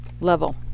level